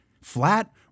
Flat